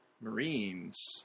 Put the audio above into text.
marines